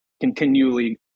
continually